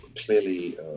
clearly